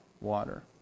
water